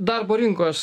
darbo rinkos